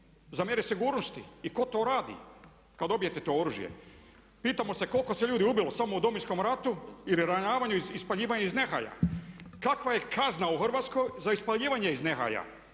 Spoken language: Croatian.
za mjere sigurnosti. I tko to radi kad dobijete to oružje? Pitamo se koliko se ljudi ubilo samo u domovinskom ratu ili ranjavanju ispaljivanjem iz nehaja? Kakva je kazna u Hrvatskoj za ispaljivanje iz nehaja?